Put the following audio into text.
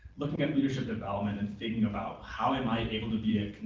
looking at leadership development and thinking about how am i and able to be a